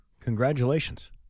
congratulations